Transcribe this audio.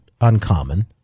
uncommon